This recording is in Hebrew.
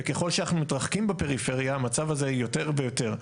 וככל שאנחנו מתרחקים בפריפריה המצב הזה יותר ויותר.